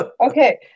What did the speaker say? Okay